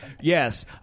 Yes